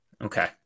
Okay